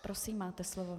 Prosím, máte slovo.